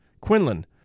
Quinlan